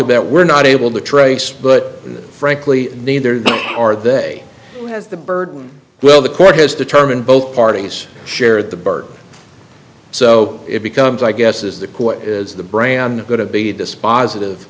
about we're not able to trace but frankly neither are they has the burden well the court has determined both parties share the burden so it becomes i guess is the court is the brand going to be dispositive